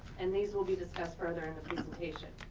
and these will be discussed further in the presentation.